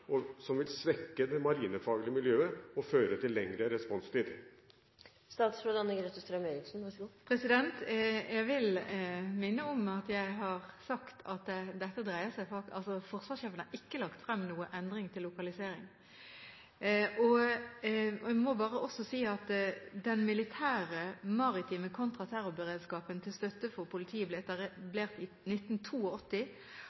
som vil svekke det marinefaglige miljøet og føre til lengre responstid? Jeg vil minne om at jeg har sagt at forsvarssjefen ikke har lagt frem noe forslag til endring av lokalisering. Jeg må også si at den militære, maritime kontraterrorberedskapen til støtte for politiet ble